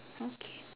okay